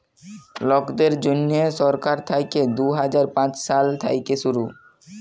লকদের জ্যনহে সরকার থ্যাইকে দু হাজার পাঁচ সাল থ্যাইকে শুরু